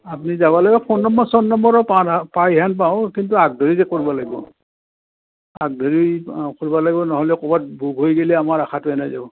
আপুনি যাব লাগিব ফোন নম্বৰ চোন নম্বৰো পাইহেন পাওঁ কিন্তু আগধৰি কৰিব লাগিব আগধৰি আ কৰিব লাগিব নহ'লে ক'ৰবাত বুক হৈ গ'লে আমাৰ আশাটো এনেই যাব